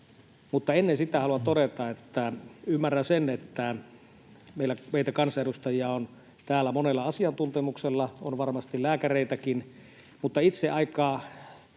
Ennen sitä haluan kuitenkin todeta, että ymmärrän, että meitä kansanedustajia on täällä monella asiantuntemuksella — on varmasti lääkäreitäkin — mutta itse voin